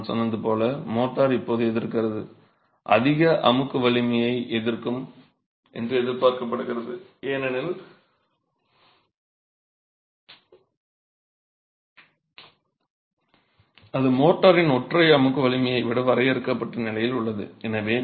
எனவே நான் சொன்னது போல் மோர்டார் இப்போது எதிர்க்கிறது அதிக அமுக்கு வலிமையை எதிர்க்கும் என்று எதிர்பார்க்கப்படுகிறது ஏனெனில் அது மோர்டாரின் ஒற்றை அமுக்கு வலிமையை விட வரையறுக்கப்பட்ட நிலையில் உள்ளது